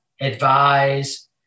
advise